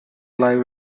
live